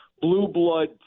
blue-blood